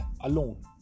alone